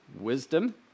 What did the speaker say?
wisdom